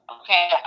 okay